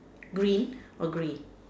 green or grey